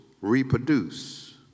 reproduce